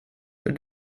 för